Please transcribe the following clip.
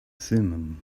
thummim